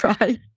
Right